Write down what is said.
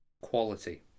Quality